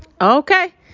Okay